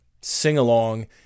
sing-along